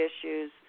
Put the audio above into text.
issues